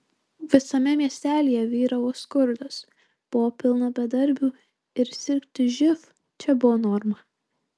visame miestelyje vyravo skurdas buvo pilna bedarbių ir sirgti živ čia buvo norma